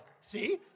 see